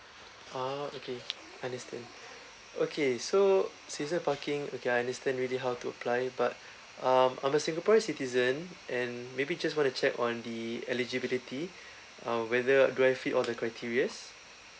ah okay understand okay so season parking okay I understand already how to apply but um I'm a singaporean citizen and maybe just want to check on the eligibility um whether do I fit all the criterias